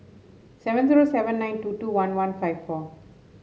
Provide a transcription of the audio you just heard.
seven zero seven nine two two one one five four